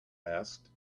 asked